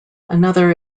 another